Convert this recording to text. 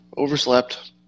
overslept